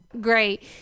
great